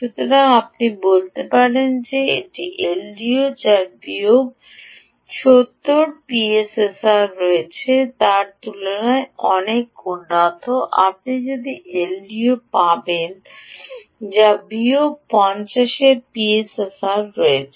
সুতরাং আপনি বলতে পারেন যে একটি এলডিও যার বিয়োগ 70 পিএসআরআর রয়েছে তার তুলনায় অনেক উন্নত আপনি একটি এলডিও পাবেন যা বিয়োগ 50 এর পিএসআরআর রয়েছে